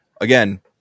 again